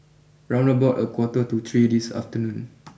round about a quarter to three this afternoon